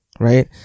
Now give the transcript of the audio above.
right